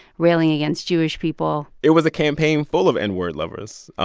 railing against jewish people it was a campaign full of n-word lovers.